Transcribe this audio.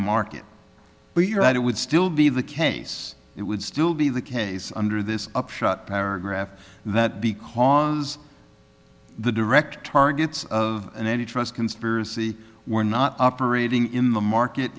market but you're right it would still be the case it would still be the case under this upshot paragraph that because the direct targets of an any trust conspiracy were not operating in the market